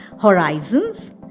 horizons